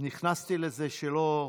נכנסתי לזה שלא,